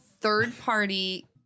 third-party